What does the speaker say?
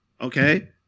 Okay